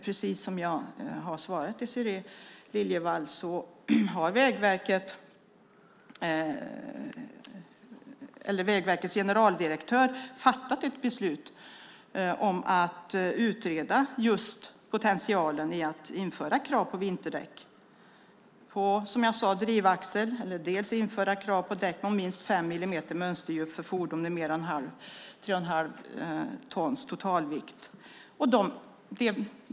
Precis som jag har svarat Désirée Liljevall har Vägverkets generaldirektör fattat ett beslut om att utreda potentialen för att införa krav på vinterdäck. Det handlar också om drivaxlar och om att införa krav på däck med minst fem millimeters mönsterdjup för fordon med en totalvikt på över tre och ett halvt ton.